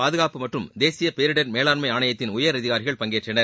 பாதுகாப்பு மற்றும் தேசிய பேரிடர் மேலாண்மை ஆணையத்தின் உயரதிகாரிகள் பங்கேற்றனர்